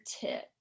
tip